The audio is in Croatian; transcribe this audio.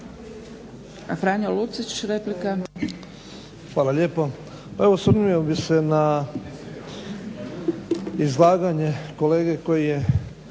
Hvala lijepo. Pa evo osvrnuo bih se na izlaganje kolege koji je